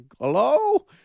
hello